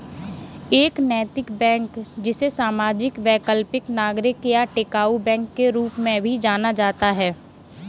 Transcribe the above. एक नैतिक बैंक जिसे सामाजिक वैकल्पिक नागरिक या टिकाऊ बैंक के रूप में भी जाना जाता है